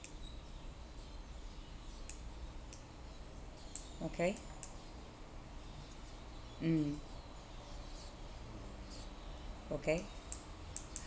okay mm okay